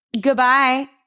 Goodbye